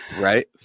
Right